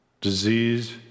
disease